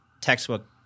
textbook